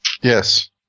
Yes